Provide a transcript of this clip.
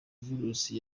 virusi